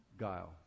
guile